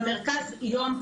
במרכז היום,